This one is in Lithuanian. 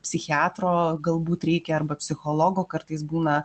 psichiatro galbūt reikia arba psichologo kartais būna